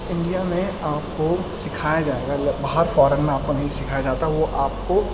India میں آپ کو سکھایا جائے گا باہر فورن میں آپ کو نہیں سکھایا جاتا وہ آپ کو